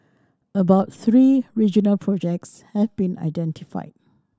about three regional projects have been identified